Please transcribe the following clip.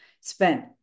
spent